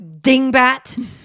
dingbat